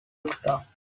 africa